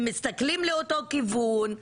הם מסתכלים לאותו כיוון,